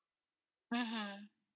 mmhmm